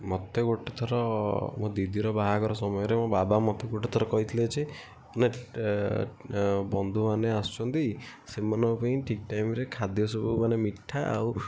ମୋତେ ଗୋଟିଏ ଥର ମୋ ଦିଦିର ବାହାଘର ସମୟରେ ମୋ ବାବା ମୋତେ ଗୋଟିଏ ଥର କହିଥିଲେ ଯେ ବନ୍ଧୁମାନେ ଆସୁଛନ୍ତି ସେମାନଙ୍କ ପାଇଁ ଠିକ୍ ଟାଇମ୍ରେ ଖାଦ୍ୟସବୁ ମାନେ ମିଠା ଆଉ